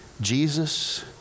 Jesus